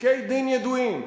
בפסקי-דין ידועים,